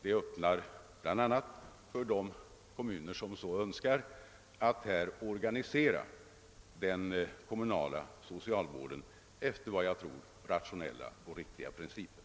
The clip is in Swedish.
Detta ger bl.a. möjligheter för de kommuner som så önskar att organisera den kommunala socialvården efter vad jag tror rationella och riktiga principer.